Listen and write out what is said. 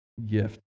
gift